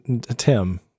Tim